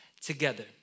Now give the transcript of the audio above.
together